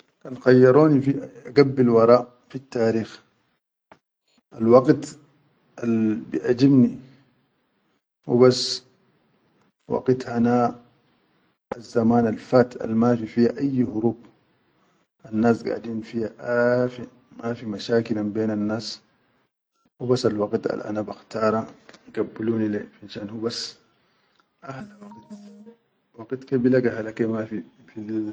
Kan khayyaroni fi a gabil wara, fi tarikh al waqit al biʼajibni hubas waqit hana azzamanal fat al mafi fiya ayyi hurub annas gadin fiya afe mafi mashakil anbenan nas hubas al waqit ana al bakhtara igabbuluni le finshan ahlam waqit, waqit bilega alla ke mafi.